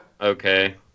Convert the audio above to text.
okay